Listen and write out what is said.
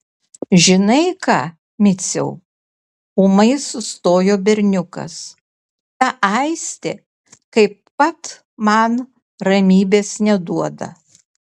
žinai ką miciau ūmai sustojo berniukas ta aistė kaip pat man ramybės neduoda